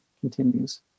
continues